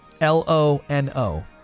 L-O-N-O